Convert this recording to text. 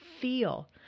feel